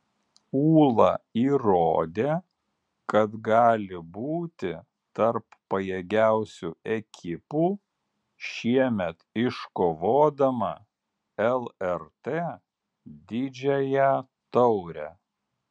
ūla įrodė kad gali būti tarp pajėgiausių ekipų šiemet iškovodama lrt didžiąją taurę